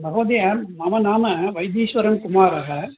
महोदय मम नाम वैद्येश्वरन् कुमारः